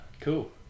cool